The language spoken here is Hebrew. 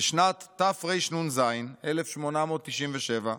"בשנת תרנ"ז (1897)